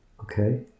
Okay